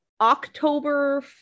October